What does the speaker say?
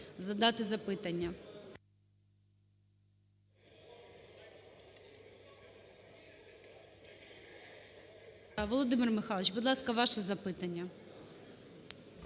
Володимир Михайлович, будь ласка, ваше запитання.